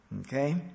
Okay